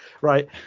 right